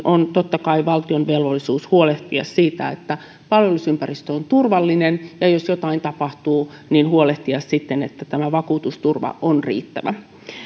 on totta kai valtion velvollisuus huolehtia siitä että palvelusympäristö on turvallinen ja jos jotain tapahtuu niin tulee huolehtia siitä että tämä vakuutusturva on riittävä